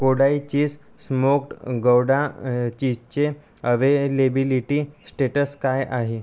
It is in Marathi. कोडाई चीस स्मोक्ड गौडा चीजचे अव्हेलेबिलिटी स्टेटस काय आहे